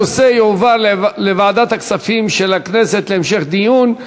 הנושא יועבר לוועדת הכספים של הכנסת להמשך דיון.